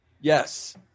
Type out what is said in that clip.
Yes